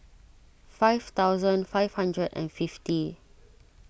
five thousand five hundred and fifty